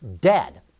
dead